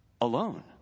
alone